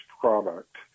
product